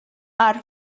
are